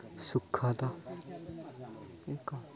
ସୁଖଦ ଏକ